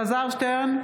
אלעזר שטרן,